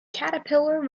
caterpillar